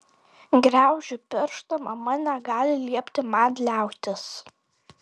graužiu pirštą mama negali liepti man liautis